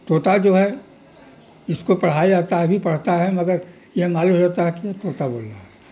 طوطا جو ہے اس کو پڑھایا جاتا ہے ابھی پڑھتا ہے مگر یہ معلوم رہتا ہے کہ طوطا بول رہا ہے